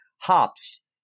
hops